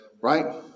right